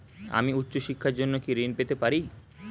আমি উচ্চশিক্ষার জন্য কি ঋণ পেতে পারি?